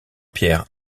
pierre